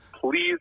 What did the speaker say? please